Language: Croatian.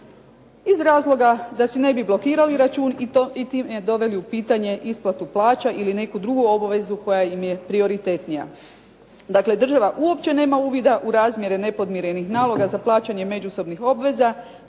iz razloga da si ne bi blokirali račun i time doveli u pitanje isplatu plaća ili neku drugu obvezu koja im je prioritetnija. Dakle, država uopće nema uvida u razmjere nepodmirenih naloga za plaćanje međusobnih obveza